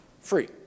Free